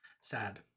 Sad